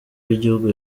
w’igihugu